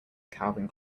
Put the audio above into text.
calvin